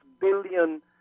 billion